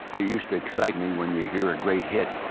it used to excite me when you'd hear a great hit.